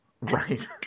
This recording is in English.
Right